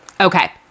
Okay